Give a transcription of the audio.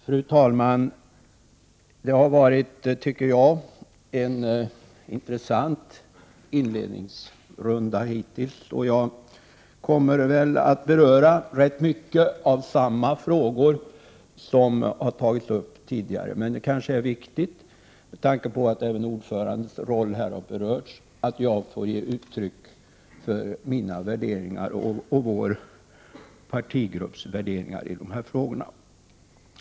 Fru talman! Jag tycker att det hittills har varit en intressant inledningsrunda, och jag kommer väl rätt mycket att beröra frågor som har tagits upp redan tidigare. Men det är kanske viktigt, med tanke på att även ordförandens roll har berörts här, att jag får ge uttryck för mina och vår partigrupps värderingar i dessa frågor.